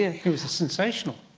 yeah it was sensational.